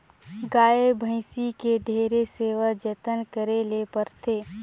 गाय, भइसी के ढेरे सेवा जतन करे ले परथे